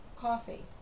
coffee